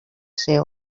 ser